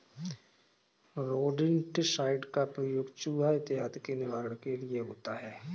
rodenticide का प्रयोग चुहा इत्यादि के निवारण के लिए होता है